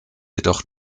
jedoch